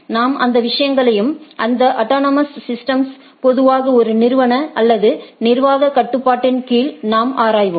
நாம் அந்த விஷயங்களையும் இந்த ஆடோனோமோஸ் சிஸ்டம்ஸ் பொதுவாக ஒரு நிறுவன அல்லது நிர்வாக கட்டுப்பாட்டின் கீழ் நாம் ஆராய்வோம்